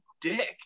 dick